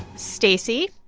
stacey?